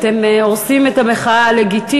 אתם הורסים את המחאה הלגיטימית.